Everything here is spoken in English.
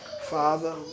Father